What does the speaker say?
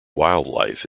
wildlife